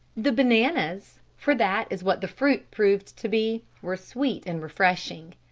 the bananas, for that is what the fruit proved to be, were sweet and refreshing.